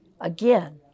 Again